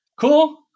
cool